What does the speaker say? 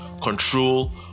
control